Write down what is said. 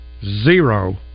zero